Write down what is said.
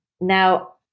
now